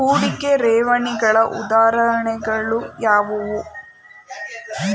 ಹೂಡಿಕೆ ಠೇವಣಿಗಳ ಉದಾಹರಣೆಗಳು ಯಾವುವು?